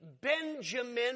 Benjamin